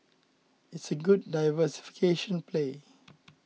it's a good diversification play